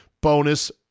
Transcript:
bonus